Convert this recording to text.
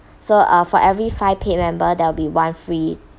so uh for every five paid member there will be one free